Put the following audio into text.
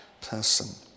person